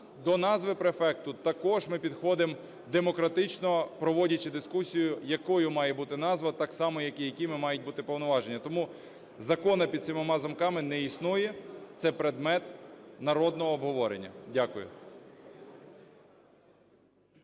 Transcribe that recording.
До назви префекту також ми підходимо демократично, проводячи дискусію, якою має бути назва, так само, як і якими мають бути повноваження. Тому закону під сімома замками не існує. Це предмет народного обговорення. Дякую.